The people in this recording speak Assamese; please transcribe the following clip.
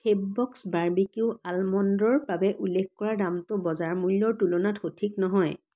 ফেব ব'ক্স বাৰ্বিকিউ আলমণ্ডৰ বাবে উল্লেখ কৰা দামটো বজাৰ মূল্যৰ তুলনাত সঠিক নহয়